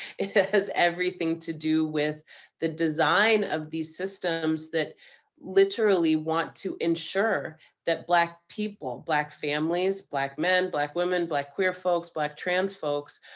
it has everything to do with the design of these systems that literally want to ensure that black people, black families, black men, black women, black queer folks, black trans folks,